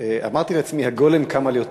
אמרתי לעצמי: הגולם קם על יוצרו.